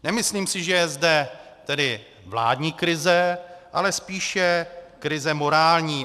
Nemyslím si, že je zde tedy vládní krize, ale spíše krize morální.